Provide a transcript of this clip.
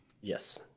Yes